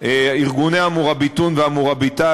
ארגוני ה"מוראביטון" וה"מוראביטאת"